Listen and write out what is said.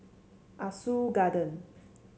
Ah Soo Garden